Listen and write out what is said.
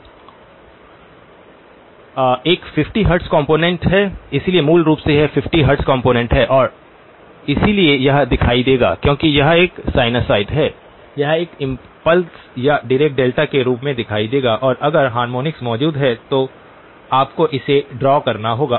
एक 50 hertz component है इसलिए मूल रूप से यह 50 हर्ट्ज कॉम्पोनेन्ट है और इसलिए यह दिखाई देगा क्योंकि यह एक साइनसॉइड है यह एक इम्पल्स या डीराक डेल्टा के रूप में दिखाई देगा और अगर हार्मोनिक्स मौजूद हैं तो आपको इसे ड्रा करना होगा